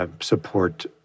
support